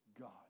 God